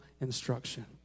instruction